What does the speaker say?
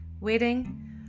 wedding